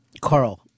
Carl